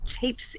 heaps